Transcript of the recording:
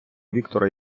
віктора